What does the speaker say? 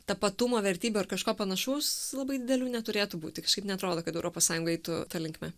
tapatumo vertybių ar kažko panašaus labai didelių neturėtų būti kažkaip neatrodo kad europos sąjungai tu ta linkme